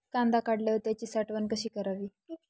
कांदा काढल्यावर त्याची साठवण कशी करावी?